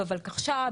בוולקחש"פ,